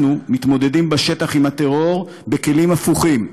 אנחנו מתמודדים בשטח עם הטרור בכלים הפוכים: